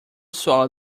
swallow